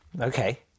Okay